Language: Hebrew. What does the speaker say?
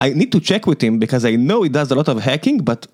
אני צריך לבדוק איתו, כי אני יודע שהוא עושה הרבה פריצות, אבל...